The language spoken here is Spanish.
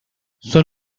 son